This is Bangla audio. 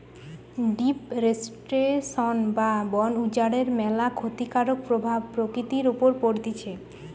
ডিফরেস্টেশন বা বন উজাড়ের ম্যালা ক্ষতিকারক প্রভাব প্রকৃতির উপর পড়তিছে